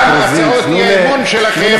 גם הצעות האי-אמון שלכם,